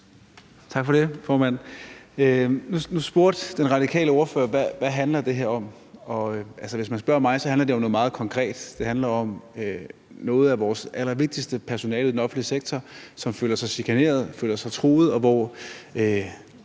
Tak for det, formand. Nu spurgte den radikale ordfører, hvad det her handler om. Hvis man spørger mig, handler det jo om noget meget konkret. Det handler om, at en del af vores allervigtigste personale i den offentlige sektor føler sig chikaneret og truet og er